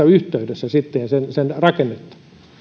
yhteydessä saattohoitoa ja sen rakennetta